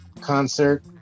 concert